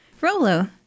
Rolo